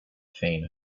feign